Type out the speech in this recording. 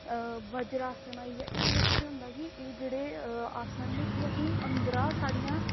ब्रजआसन आई गेआ एह्दे बिच केह् होंदा कि एह् जेह्ड़े आसन न एह् साढ़े अंदरां साढ़ियां